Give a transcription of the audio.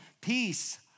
Peace